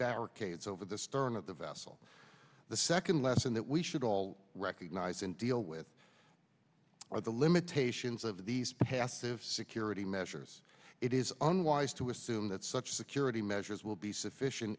barricades over the stern of the vessel the second lesson that we should all recognize and deal with are the limitations of these passive security measures it is unwise to assume that such security measures will be sufficient